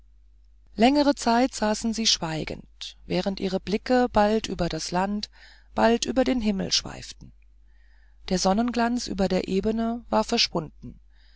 längere zeit saßen sie schweigend während ihre blicke bald über das land bald über den himmel schweiften der sonnenglanz über der ebene war verschwunden